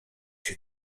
się